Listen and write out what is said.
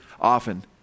often